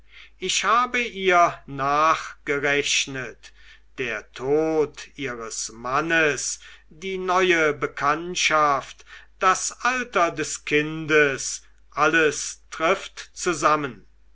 ich habe ihr nachgerechnet der tod ihres mannes die neue bekanntschaft das alter des kindes alles trifft zusammen